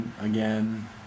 again